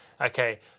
Okay